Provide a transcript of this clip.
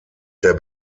der